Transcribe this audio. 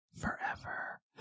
forever